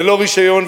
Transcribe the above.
ללא רשיון,